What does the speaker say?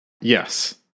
Yes